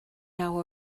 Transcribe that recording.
naw